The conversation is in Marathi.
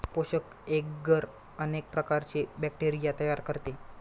पोषक एग्गर अनेक प्रकारचे बॅक्टेरिया तयार करते